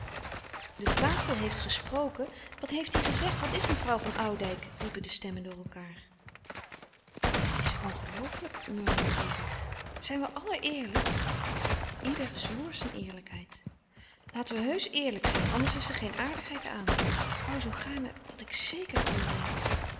de tafel heeft gesproken wat heeft die louis couperus de stille kracht gezegd wat is mevrouw van oudijck riepen de stemmen door elkaâr het is ongelooflijk murmelde eva zijn wij allen eerlijk ieder zwoer zijn eerlijkheid laten wij heusch eerlijk zijn anders is er geen aardigheid aan ik woû zoo gaarne dat ik zeker kon zijn